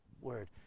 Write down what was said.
word